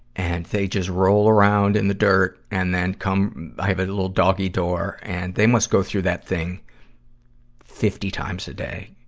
and they just roll around in the dirt and then come i have a little doggie dog and they must go through that thing fifty times a day,